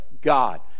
God